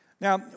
Now